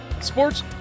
sports